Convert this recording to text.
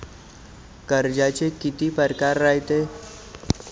कर्जाचे कितीक परकार रायते?